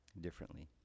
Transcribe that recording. differently